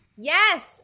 yes